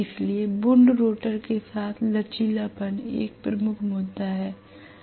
इसलिए wound rotor के साथ लचीलापन एक प्रमुख मुद्दा है